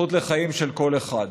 הזכות לחיים של כל אחד,